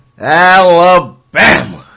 Alabama